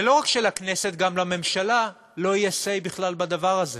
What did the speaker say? ושלא רק לכנסת אלא גם לממשלה לא יהיה say בכלל בדבר הזה.